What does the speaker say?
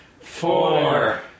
four